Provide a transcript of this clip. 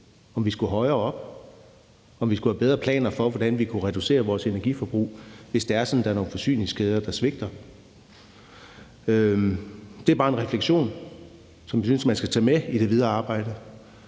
Skulle vi højere op? Skulle vi have bedre planer for, hvordan vi kan reducere vores energiforbrug, hvis det er sådan, at der er nogle forsyningskæder, som svigter? Det er bare en refleksion, som jeg synes man skal tage med i det videre arbejde.